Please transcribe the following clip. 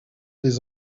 des